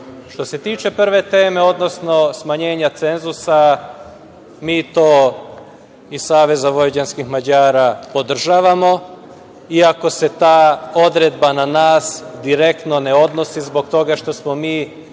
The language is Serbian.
se tiče prve teme, odnosno, smanjenja cenzusa mi to iz Saveza vojvođanskih Mađara podržavamo, iako se ta odredba na nas direktno ne odnosi zbog toga što smo mi